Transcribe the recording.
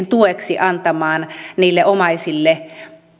tueksi antamaan niille omaisille